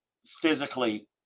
physically